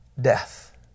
death